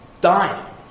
dying